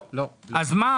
קודם כל,